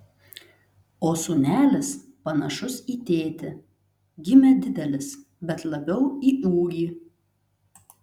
o sūnelis panašus į tėtį gimė didelis bet labiau į ūgį